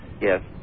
Yes